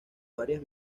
varias